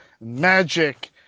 magic